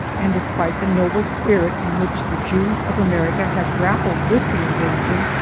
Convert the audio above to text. and despite the noble spirit in which the jews of america have grappled with the invasion,